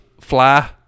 Fly